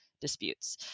disputes